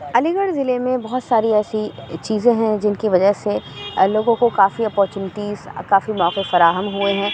علی گڑھ ضلعے میں بہت ساری ایسی چیزیں ہیں جن کی وجہ سے لوگوں کو کافی اپورچنوٹیز کافی موقعے فراہم ہوئے ہیں